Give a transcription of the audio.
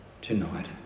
tonight